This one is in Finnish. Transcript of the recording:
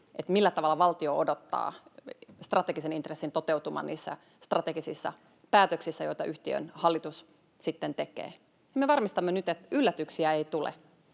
millä tavalla valtio odottaa strategisen intressin toteutuvan niissä strategisissa päätöksissä, joita yhtiön hallitus sitten tekee. Me varmistamme nyt, että yllätyksiä ei tule.